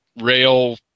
rail